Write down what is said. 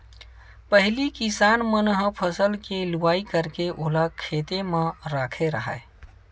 पहिली किसान मन ह फसल के लुवई करके ओला खेते म राखे राहय